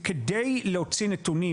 כדי להוציא נתונים,